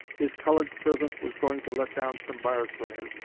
his colored servant was going to let down some bars for him,